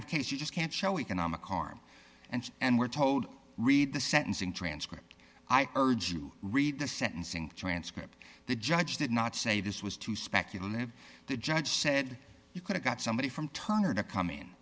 of case you just can't show economic harm and and we're told read the sentencing transcript i urge you read the sentencing transcript the judge did not say this was too speculative the judge said you could have got somebody from turner to come in